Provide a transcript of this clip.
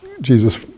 Jesus